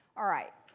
all right,